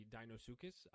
Dinosuchus